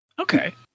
Okay